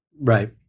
Right